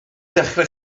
dechrau